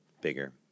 bigger